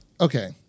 Okay